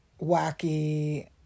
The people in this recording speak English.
wacky